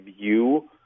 view